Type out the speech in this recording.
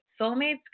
Soulmates